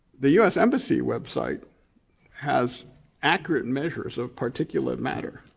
the u s. embassy website has accurate and measures of particulate matter.